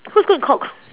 who's going to cook